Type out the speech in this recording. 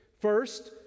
First